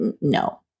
no